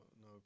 no